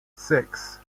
six